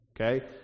okay